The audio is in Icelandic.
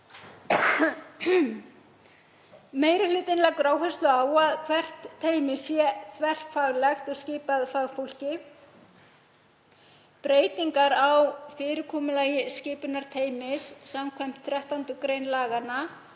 Meiri hlutinn leggur áherslu á að hvert teymi sé þverfaglegt og skipað fagfólki. Breytingar á fyrirkomulagi skipunar teymis samkvæmt 13. gr. laganna